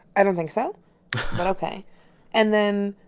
i don't think so but ok and then,